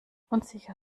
unsicher